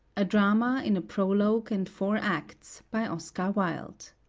a drama in a prologue, and four acts. by oscar wilde.